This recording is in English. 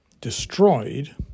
destroyed